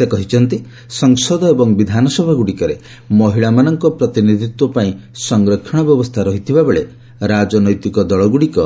ସେ କହିଛନ୍ତି ସଂସଦ ଏବଂ ବିଧାନସଭାଗୁଡ଼ିକରେ ମହିଳାମାନଙ୍କ ପ୍ରତିନିଧିତ୍ୱ ପାଇଁ ସଂରକ୍ଷଣ ବ୍ୟବସ୍ଥା ରହିଥିବା ବେଳେ ରାଜନୈତିକ ଦଳଗୁଡ଼ିକ